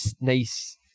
nice